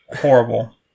horrible